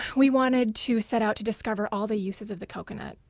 we wanted to set out to discover all the uses of the coconut.